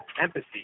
empathy